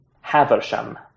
Haversham